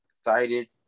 excited